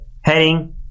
heading